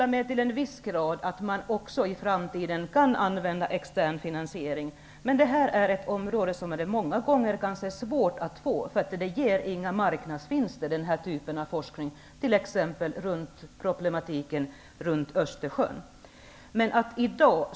Jag kan till en viss grad hålla med om att extern finansiering kan användas även i framtiden. Men det här är ett område där det många gånger är svårt att få tillgång till en extern finansiering. Den här typen av forskning, t.ex. om problemen i Östersjön, ger inga marknadsvinster.